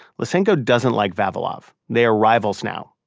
lysenko doesn't like vavilov. they are rivals now.